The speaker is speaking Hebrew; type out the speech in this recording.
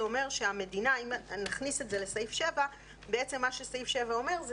אם נכניס את זה לסעיף 7 בעצם מה שסעיף 7 אומר זה